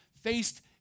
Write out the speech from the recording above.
faced